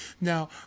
Now